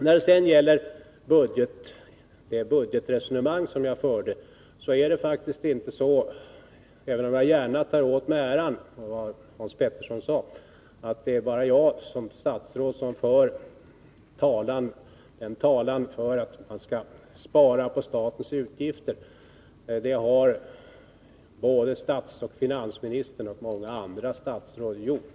När det gäller det budgetresonemang som jag förde är det faktiskt inte så — även om jag gärna tar åt mig äran av vad Hans Petersson i Röstånga sade — att det är bara jag bland statsråden som talar för att man skall spara på statens utgifter. Det har både statsministern och finansministern samt många andra statsråd gjort.